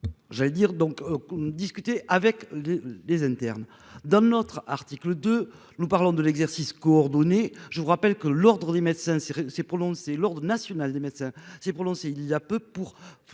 J'allais dire, donc ne. Avec des internes dans notre article de nous parlons de l'exercice coordonné. Je vous rappelle que l'Ordre des médecins c'est pour Londres, c'est l'Ordre national des médecins s'est prononcé il y a peu pour